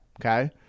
Okay